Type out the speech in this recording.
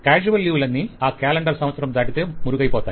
casual leave లన్ని అ calendar సంవత్సరం దాటితే మురుగైపోతాయి